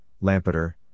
Lampeter